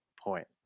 point